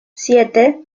siete